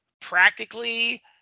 Practically